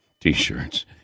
t-shirts